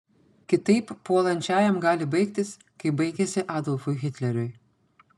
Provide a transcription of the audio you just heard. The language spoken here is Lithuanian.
kitaip puolančiajam gali baigtis kaip baigėsi adolfui hitleriui